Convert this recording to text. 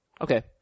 Okay